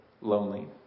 lonely